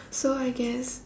so I guess